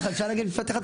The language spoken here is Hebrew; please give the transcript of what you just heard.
אם אפשר משפט אחד,